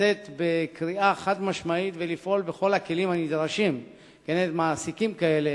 לצאת בקריאה חד-משמעית ולפעול בכל הכלים הנדרשים כנגד מעסיקים כאלה,